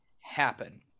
happen